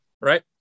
Right